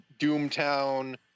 Doomtown